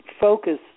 focus